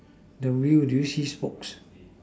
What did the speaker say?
the wheel do you see smokes